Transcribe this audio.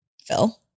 Phil